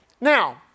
Now